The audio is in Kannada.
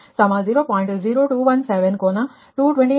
0217 ಕೋನ 229